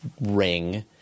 ring